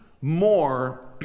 more